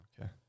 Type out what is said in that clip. Okay